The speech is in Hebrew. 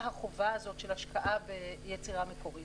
החובה הזאת של השקעה ביצירה מקורית.